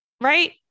Right